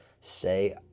Say